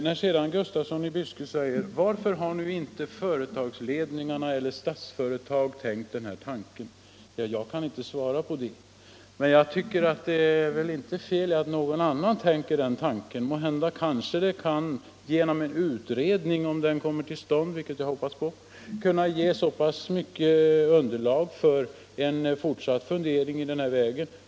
När sedan herr Gustafsson i Byske frågar varför inte företagsledningarna eller Statsföretag har tänkt den här tanken, kan jag inte svara på det. Men det är väl inte fel att någon annan tänker den tanken. Kanske kan en utredning - om den kommer till stånd, vilket jag hoppas — ge underlag för fortsatta funderingar i den här vägen.